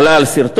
עלה על שרטון.